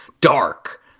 dark